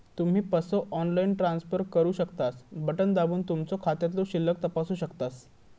तुम्ही पसो online transfer करू शकतास, बटण दाबून तुमचो खात्यातलो शिल्लक तपासू शकतास